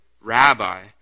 Rabbi